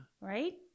Right